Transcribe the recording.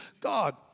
God